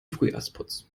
frühjahrsputz